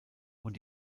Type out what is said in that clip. und